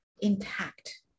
intact